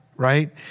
Right